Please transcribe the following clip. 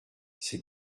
c’est